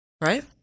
right